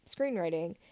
screenwriting